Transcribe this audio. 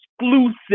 exclusive